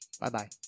bye-bye